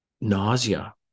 nausea